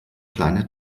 kleine